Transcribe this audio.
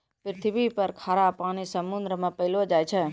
पृथ्वी पर खारा पानी समुन्द्र मे पैलो जाय छै